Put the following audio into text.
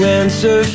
answer